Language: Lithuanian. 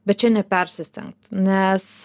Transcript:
bet čia nepersistengt nes